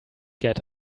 get